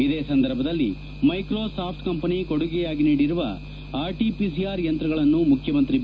ಇದೇ ಸಂದರ್ಭದಲ್ಲಿ Microsoft company ಕೊಡುಗೆಯಾಗಿ ನೀಡಿರುವ ಆರ್ಟಿಪಿಸಿಆರ್ ಯಂತ್ರಗಳನ್ನು ಮುಖ್ಯಮಂತ್ರಿ ಬಿ